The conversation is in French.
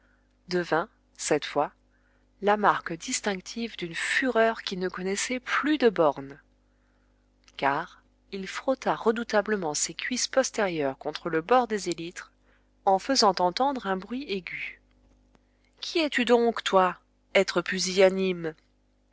devint cette fois la marque distinctive d'une fureur qui ne connaissait plus de bornes car il frotta redoutablement ses cuisses postérieures contre le bord des élytres en faisant entendre un bruit aigu qui es-tu donc toi être pusillanime